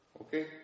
Okay